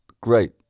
great